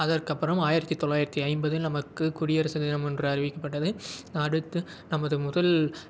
அதற்கு அப்புறம் ஆயிரத்து தொள்ளாயிரத்து ஐம்பதில் நமக்கு குடியரசு தினம் ஒன்று அறிவிக்கப்பட்டது அடுத்து நமது முதல்